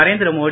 Narendra Modi